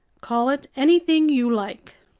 call it anything you like.